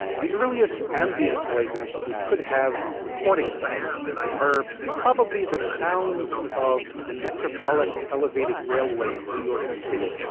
the earliest ambient noises that we could have recordings of are probably the sounds of the metropolitan elevated railway and new york city